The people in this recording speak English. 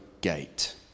gate